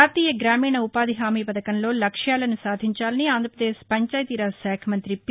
జాతీయ గ్రామీణ ఉపాధి హామి పథకంలో లక్ష్యాలను సాధించాలని ఆంధ్రప్రదేశ్ పంచాయితీరాజ్ శాఖ మంతి పి